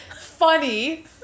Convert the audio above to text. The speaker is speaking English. funny